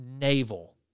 navel